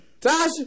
Tasha